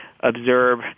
observe